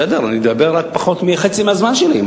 בסדר, אני מדבר פחות מחצי מהזמן שלי.